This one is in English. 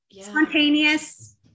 Spontaneous